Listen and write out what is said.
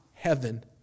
heaven